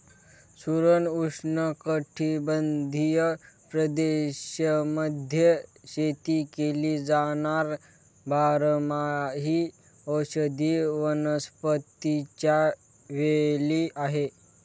सुरण उष्णकटिबंधीय प्रदेशांमध्ये शेती केली जाणार बारमाही औषधी वनस्पतीच्या वेली आहे